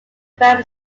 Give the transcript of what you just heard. bram